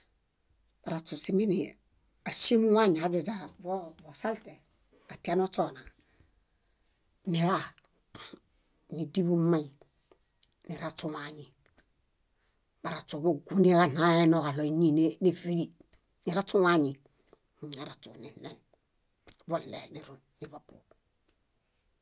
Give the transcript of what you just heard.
. Baraśu simiini áŝimu wañi aźaźaa vo- vosalte, atianośona nila, níḃu mmai, niraśuwaañi. Baraśu bugũ niġaɭayenoġaɭo éñi ne- nevili. Niraśu wañi, añaraśu niɭen, voɭee nirun niḃopu.